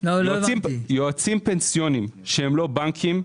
יועצים פנסיוניים שהם לא בנקים,